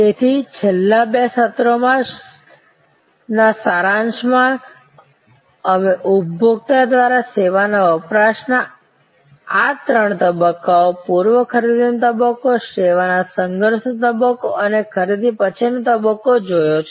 તેથી છેલ્લા બે સત્રોમાં સારાંશમાં અમે ઉપભોક્તા દ્વારા સેવાના વપરાશના આ ત્રણ તબક્કાઓપૂર્વ ખરીદી નો તબક્કો સેવા ના સંઘર્સ નો તબક્કો અને ખરીદી પછી નો તબક્કો જોયો છે